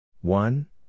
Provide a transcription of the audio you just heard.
One